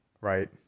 right